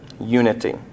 unity